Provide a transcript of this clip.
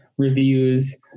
reviews